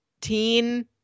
teen